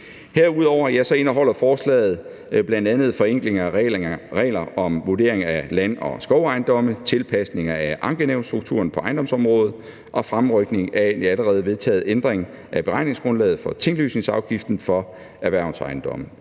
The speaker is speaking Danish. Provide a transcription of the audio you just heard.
Herudover indeholder forslaget bl.a. forenkling af regler om vurdering af land- og skovejendomme, tilpasning af ankenævnsstrukturen på ejendomsområdet og fremrykning af en allerede vedtaget ændring af beregningsgrundlaget for tinglysningsafgiften for erhvervsejendomme.